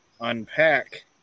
unpack